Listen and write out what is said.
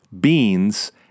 beans